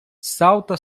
salta